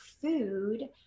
food